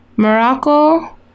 Morocco